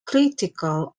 critical